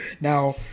Now